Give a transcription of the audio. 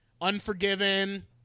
Unforgiven